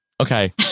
Okay